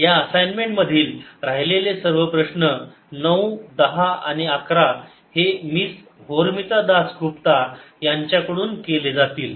या असाइनमेंट मधील राहिलेले सर्व प्रश्न 9 10 आणि 11 हे मिस होरमिता दास गुप्ता यांच्याकडून केले जातील